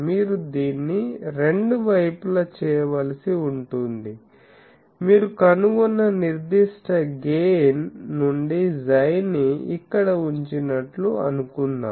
మీరు దీన్ని రెండు వైపులా చేయవలసి ఉంటుంది మీరు కనుగొన్న నిర్దిష్ట గెయిన్ నుండి 𝝌 ని ఇక్కడ ఉంచినట్లు అనుకుందాం